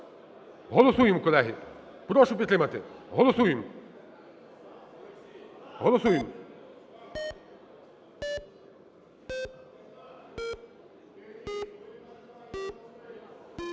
Голосуємо, колеги. Прошу підтримати. Голосуємо. Голосуємо.